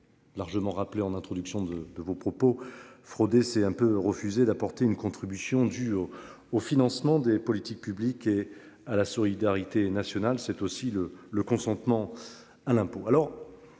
Largement rappelé en introduction de de vos propos. Frauder, c'est un peut refuser d'apporter une contribution due au au financement des politiques publiques et à la solidarité nationale, c'est aussi le le consentement à l'impôt